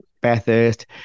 Bathurst